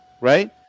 Right